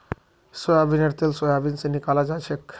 सोयाबीनेर तेल सोयाबीन स निकलाल जाछेक